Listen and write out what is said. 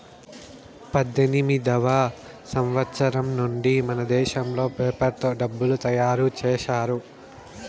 పద్దెనిమిదివ సంవచ్చరం నుండి మనదేశంలో పేపర్ తో డబ్బులు తయారు చేశారు